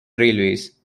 railways